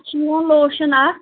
اَتھ چھُ یِوان لوشن اَکھ